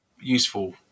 useful